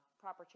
proper